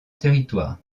territoire